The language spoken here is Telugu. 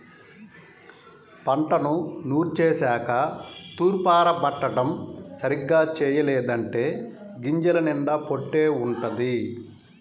పంటను నూర్చేశాక తూర్పారబట్టడం సరిగ్గా చెయ్యలేదంటే గింజల నిండా పొట్టే వుంటది